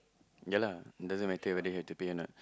yea lah doesn't matter whether you have to pay a not